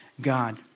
God